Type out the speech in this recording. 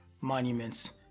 monuments